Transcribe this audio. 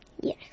Yes